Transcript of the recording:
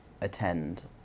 attend